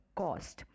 cost।